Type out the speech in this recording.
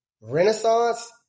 Renaissance